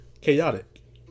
chaotic